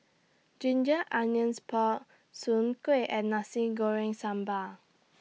Ginger Onions Pork Soon Kueh and Nasi Goreng Sambal